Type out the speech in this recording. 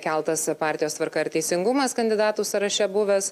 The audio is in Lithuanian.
keltas partijos tvarka ir teisingumas kandidatų sąraše buvęs